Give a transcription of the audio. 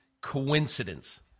coincidence